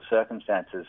circumstances